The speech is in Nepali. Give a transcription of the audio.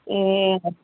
ए